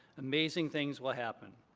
amazing things will happen.